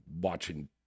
watching